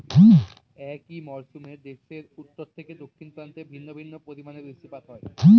একই মরশুমে দেশের উত্তর থেকে দক্ষিণ প্রান্তে ভিন্ন ভিন্ন পরিমাণে বৃষ্টিপাত হয়